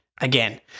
again